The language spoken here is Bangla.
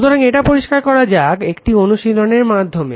সুতরাং এটা পরিষ্কার করা যাক একটি অনুশীলনীর মাধ্যমে